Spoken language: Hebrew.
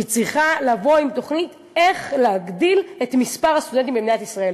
היא צריכה לבוא עם תוכנית איך להגדיל את מספר הסטודנטים במדינת ישראל.